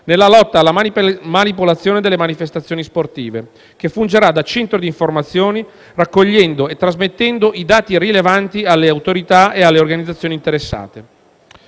nella lotta alla manipolazione delle manifestazioni sportive che fungerà da centro d'informazioni, raccogliendo e trasmettendo i dati rilevanti alle autorità e alle organizzazioni interessate.